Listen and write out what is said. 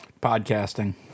Podcasting